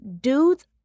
dudes